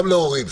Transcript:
גם להורים,